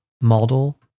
model